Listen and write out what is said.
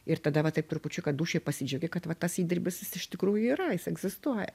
ir tada va taip trupučiuką dūšioj pasidžiaugi kad va tas įdirbis jis iš tikrųjų yra jis egzistuoja